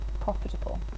profitable